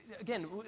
again